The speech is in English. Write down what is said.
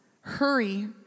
Hurry